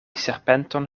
serpenton